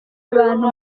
abantu